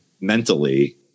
mentally